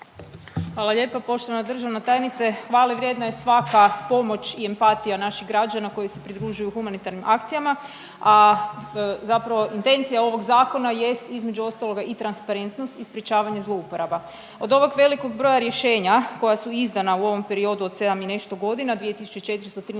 Hvala lijepa. Poštovana državna tajnice. Hvalevrijedna je svaka pomoć i empatija naših građana koji se pridružuju humanitarnim akcijama, a zapravo intencija ovog zakona jest između ostaloga i transparentnost i sprečavanje zlouporaba. Od ovog velikog broja rješenja koja su izdana u ovom periodu od sedam i nešto godina 2.413